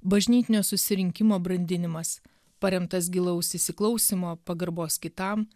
bažnytinio susirinkimo brandinimas paremtas gilaus įsiklausymo pagarbos kitam